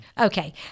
Okay